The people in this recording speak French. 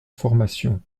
formation